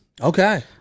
Okay